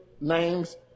names